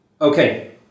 Okay